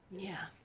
yeah.